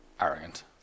arrogant